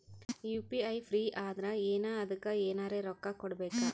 UPI free ಅದಾರಾ ಏನ ಅದಕ್ಕ ಎನೆರ ರೊಕ್ಕ ಕೊಡಬೇಕ?